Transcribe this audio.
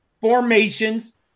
formations